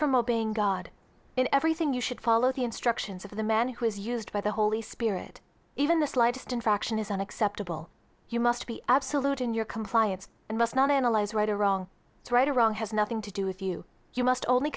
from obeying god in everything you should follow the instructions of the man who is used by the holy spirit even the slightest infraction is unacceptable you must be absolute in your compliance and must not analyze right or wrong is right or wrong has nothing to do with you you must only